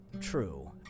True